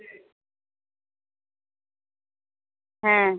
হ্যাঁ